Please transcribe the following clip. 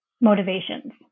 motivations